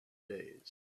days